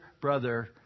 brother